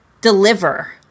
deliver